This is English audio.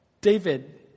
David